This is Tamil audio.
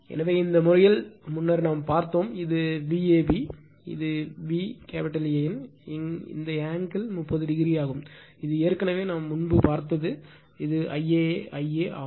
எனவே இந்த முறையில் முன்னர் நாம் பார்த்தோம் இது Vab இது VAN இந்த ஆங்கிள் 30 oஆகும் இது ஏற்கனவே நாம் முன்பு பார்த்தது இது Ia ஆகும்